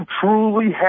truly